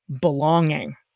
belonging